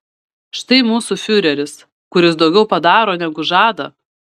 štai mūsų fiureris kuris daugiau padaro negu žada